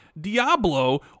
Diablo